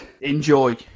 enjoy